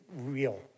real